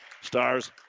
Stars